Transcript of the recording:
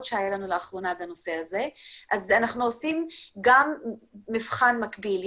שהיו לנו לאחרונה בנושא הזה אז אנחנו עושים גם מבחן מקביל.